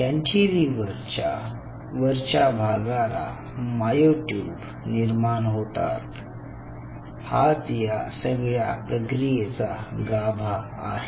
cantilever च्या वरच्या भागाला मायोट्युब निर्माण होतात हाच या सगळ्या प्रक्रियेचा गाभा आहे